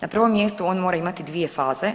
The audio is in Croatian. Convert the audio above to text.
Na prvom mjestu on mora imati dvije faze.